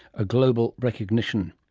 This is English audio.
a global recognition.